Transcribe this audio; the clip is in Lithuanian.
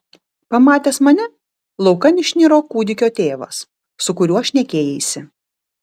pamatęs mane laukan išniro kūdikio tėvas su kuriuo šnekėjaisi